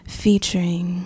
featuring